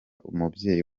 umubyeyi